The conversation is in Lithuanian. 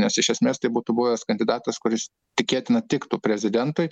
nes iš esmės tai būtų buvęs kandidatas kuris tikėtina tiktų prezidentui